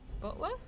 butler